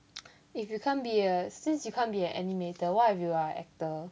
if you can't be a since you can't be a animator what if you are actor